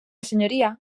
senyoria